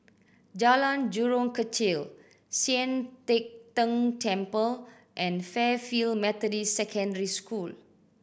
Jalan Jurong Kechil Sian Teck Tng Temple and Fairfield Methodist Secondary School